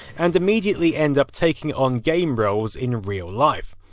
and immediately end up taking on game roles in real life.